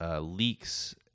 Leaks